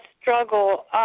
struggle